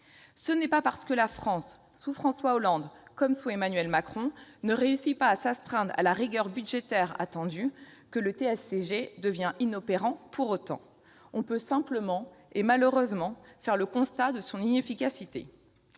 Ce n'est pas parce que la France, sous François Hollande, comme sous Emmanuel Macron, ne réussit pas à s'astreindre à la rigueur budgétaire attendue que le TSCG devient inopérant pour autant. On peut simplement et malheureusement faire le constat de son inefficacité.